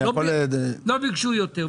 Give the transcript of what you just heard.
לא ביקשו יותר.